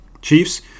Chiefs